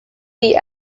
the